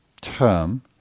term